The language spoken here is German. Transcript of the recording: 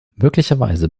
möglicherweise